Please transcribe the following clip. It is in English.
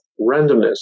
randomness